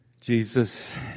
Jesus